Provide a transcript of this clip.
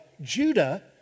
Judah